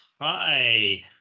hi